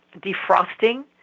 defrosting